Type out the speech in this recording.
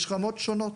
יש רמות שונות.